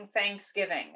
Thanksgiving